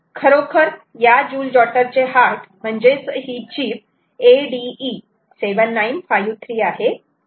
खरोखर या joule jotter चे हार्ट म्हणजेच ही चीप ADE ७९५३ आहे